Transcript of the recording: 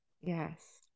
Yes